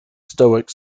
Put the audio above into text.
stoic